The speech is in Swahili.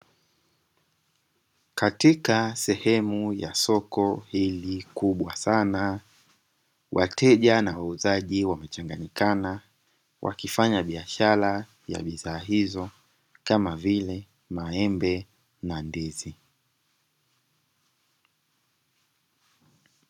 Katika sehemu ya soko hili kubwa sana, wateja na wauzaji wamechanganyikana wakifanya biashara ya bidhaa hio kama vile maembe na ndizi.